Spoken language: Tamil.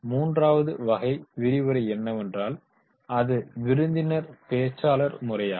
மூன்றாவது வகை விரிவுரை என்னவென்றால் அது விருந்தினர் பேச்சாளர் முறையாகும்